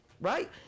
Right